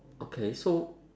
okay so